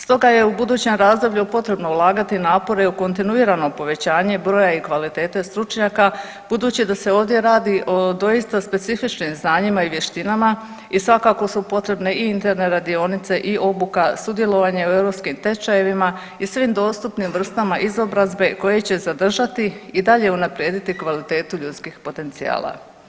Stoga je u budućem razdoblju potrebno ulagati napore i u kontinuirano povećanje broja i kvalitete stručnjaka budući da se ovdje radi o doista specifičnim znanjima i vještinama i svakako su potrebne i interne radionice i obuka, sudjelovanje u europskim tečajevima i svim dostupnim vrstama izobrazbe koje će zadržati i dalje unaprijediti kvalitetu ljudskih potencijala.